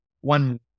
one